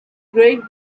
great